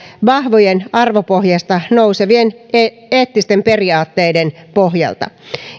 vahvojen arvopohjasta nousevien eettisten periaatteiden pohjalta